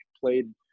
played